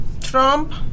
Trump